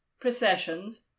processions